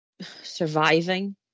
surviving